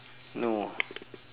no